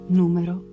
numero